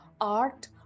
art